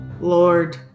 Lord